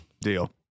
Deal